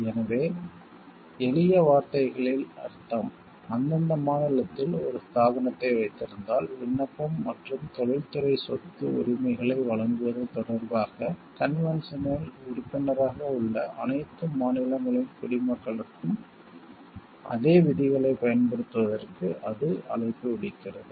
எனவே எளிய வார்த்தைகளில் அர்த்தம் அந்தந்த மாநிலத்தில் ஒரு ஸ்தாபனத்தை வைத்திருந்தால் விண்ணப்பம் மற்றும் தொழில்துறை சொத்து உரிமைகளை வழங்குவது தொடர்பாக கன்வென்ஷனில் உறுப்பினராக உள்ள அனைத்து மாநிலங்களின் குடிமக்களுக்கும் அதே விதிகளைப் பயன்படுத்துவதற்கு அது அழைப்பு விடுக்கிறது